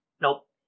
Nope